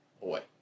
boy